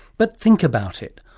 but think about it,